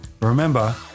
remember